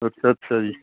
ਅੱਛਾ ਅੱਛਾ ਜੀ